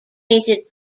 painted